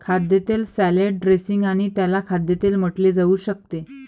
खाद्यतेल salad dressing आणि त्याला खाद्यतेल म्हटले जाऊ शकते